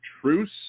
truce